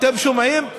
אתם שומעים?